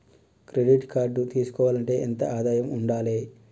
Credit card తీసుకోవాలంటే ఎంత ఆదాయం ఉండాలే?